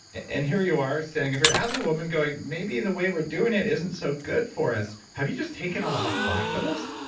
and here you are, standing up here, as a woman going, maybe the way we're doing it isn't so good for us. have you just taken a lot of flak for this?